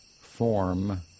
form